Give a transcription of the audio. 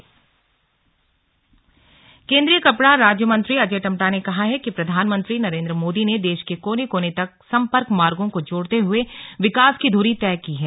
slug Ajay Tamta शिलान्यास केन्द्रीय कपड़ा राज्य मंत्री अजय टम्टा ने कहा है कि प्रधानमंत्री नरेंद्र मोदी ने देश के कोने कोने तक सम्पर्क मार्गो को जोड़ते हए विकास की ध्री तय की है